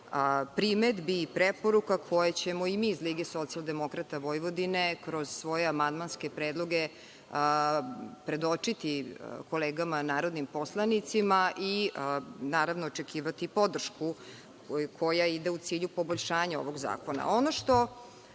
primedbi i preporuka koje ćemo i mi iz LSV kroz svoje amandmanske predloge predočiti kolegama narodnim poslanicima i naravno očekivati podršku koja ide u cilju poboljšanja ovog zakona. Ono